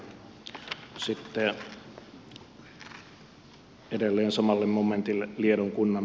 sitten edelleen samalle momentille liedon kunnan